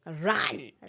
Run